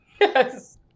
Yes